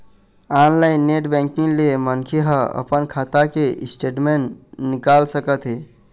online net banking ले मनखे ह अपन खाता के स्टेटमेंट निकाल सकत हे